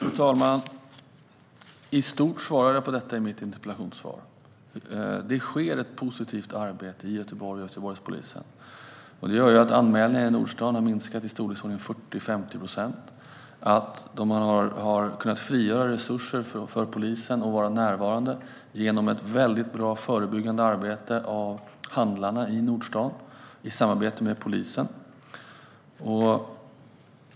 Fru talman! I stort svarade jag på detta i mitt interpellationssvar. Det sker ett positivt arbete i Göteborg och hos Göteborgspolisen. Det gör att antalet anmälningar i Nordstan har minskat med 40-50 procent. Man har kunnat frigöra resurser från polisen och vara närvarande genom ett väldigt bra förebyggande arbete av handlarna i Nordstan i samarbete med polisen.